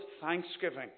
thanksgiving